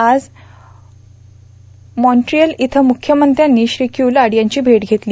आज मॉव्ट्रिएल इथं मुख्यमंत्र्यांनी श्री क्युलार्ड यांची भेट घेतली